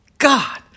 God